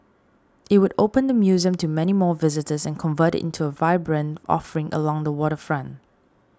it would open the museum to many more visitors and convert it into a vibrant offering along the waterfront